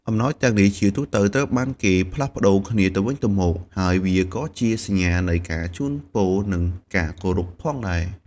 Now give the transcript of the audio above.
អំណោយទាំងនេះជាទូទៅត្រូវបានគេផ្លាស់ប្តូរគ្នាទៅវិញទៅមក ហើយវាក៏ជាសញ្ញានៃការជូនពរ និងការគោរពផងដែរ។